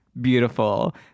beautiful